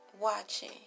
Watching